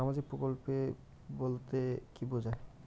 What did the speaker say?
সামাজিক প্রকল্প বলতে কি বোঝায়?